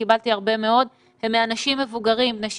וקיבלתי הרבה מאוד, הן מאנשים מבוגרים, בני 69,